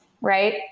right